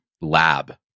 lab